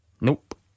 Nope